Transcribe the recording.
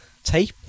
Tape